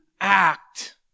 act